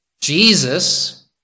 Jesus